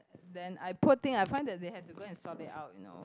then I poor thing I find that they have to go and sort it out you know